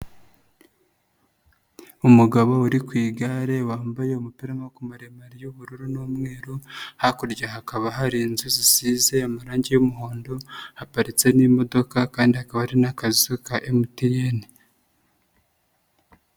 Umugabo uri ku igare wambaye umupira w'amaboko maremare y'ubururu n'umweru, hakurya hakaba hari inzu zisize amarangi y'umuhondo, haparitse n'imodoka kandi hakaba hari n'akazu ka MTN.